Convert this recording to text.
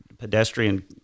pedestrian